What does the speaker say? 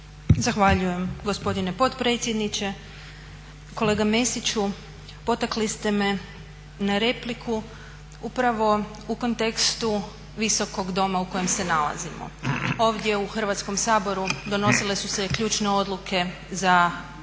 Zahvaljujem gospodine potpredsjedniče. Kolega Mesiću, potakli ste me na repliku upravo u kontekstu visokog doma u kojem se nalazimo. Ovdje u Hrvatskom saboru donosile su se ključne odluke za povijesnu